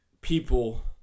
people